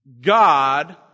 God